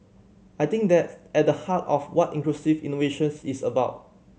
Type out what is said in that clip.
I think that's at the heart of what inclusive innovations is about